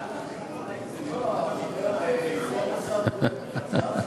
הכי לא נעים זה לראות אותך מתפתל באי-נוחות,